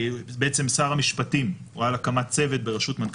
שר המשפטים הורה על הקמת צוות בראשות מנכ"ל